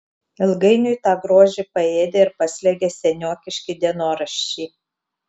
ilgainiui tą grožį paėdė ir paslėgė seniokiški dienoraščiai